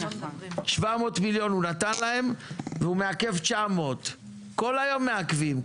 700 מיליון הוא נתן להם והוא מעכב 900. כל היום מעכבים,